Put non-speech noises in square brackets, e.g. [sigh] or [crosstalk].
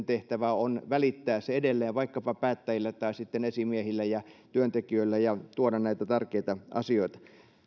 [unintelligible] tehtävä on välittää se edelleen vaikkapa päättäjille tai sitten esimiehille ja työntekijöille ja tuoda näitä tärkeitä asioita